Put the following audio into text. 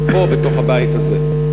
בתוך הבית הזה.